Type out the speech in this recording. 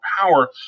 power